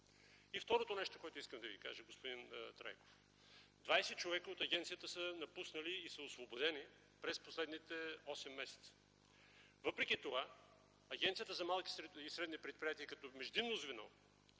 И второто нещо, което искам да Ви кажа, господин Трайков – 20 човека от Агенцията са напуснали и са освободени през последните осем месеца. Въпреки това Агенцията за малките и средни предприятия като междинно звено